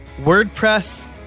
WordPress